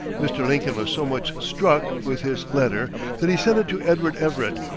mr. lincoln was so much struck with his letter that he sent it to edward everett,